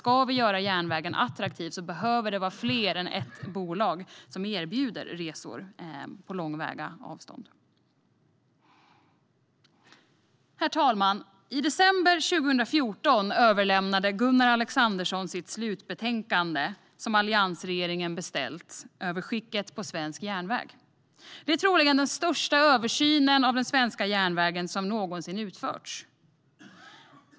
Ska vi göra järnvägen attraktiv tror jag att det behöver vara fler än ett bolag som erbjuder resor på långa sträckor. Herr talman! I december 2015 överlämnade Gunnar Alexandersson det slutbetänkande som alliansregeringen beställt om skicket på svensk järnväg. Det är troligen den största översyn av svensk järnväg som någonsin utförts.